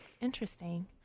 Interesting